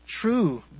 true